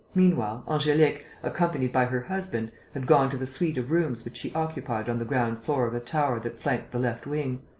meanwhile, angelique, accompanied by her husband, had gone to the suite of rooms which she occupied on the ground-floor of a tower that flanked the left wing.